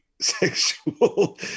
sexual